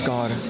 God